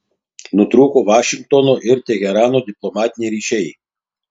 nutrūko vašingtono ir teherano diplomatiniai ryšiai